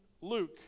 Luke